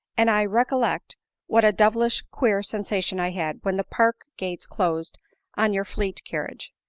and i recollect what a devilish queer sensation i had when the park-gates closed on your fleet carriage.